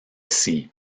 study